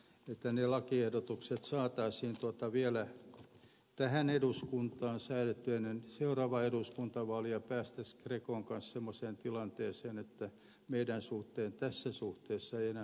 jo ne lakiehdotukset saataisiin ehkä tarkistettuna parannettuna vielä tähän eduskuntaan säädettyä ennen seuraavaa eduskuntavaalia ja päästäisiin grecon kanssa semmoiseen tilanteeseen että meidän suhteen tässä suhteessa ei enää moitittavaa ole